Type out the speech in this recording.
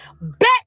bet